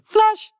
Flash